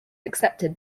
accepted